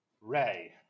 Ray